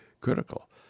critical